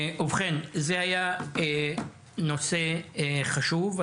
ובכן, זה היה נושא חשוב.